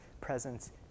presence